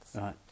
Right